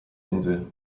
insel